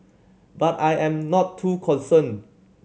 but I am not too concerned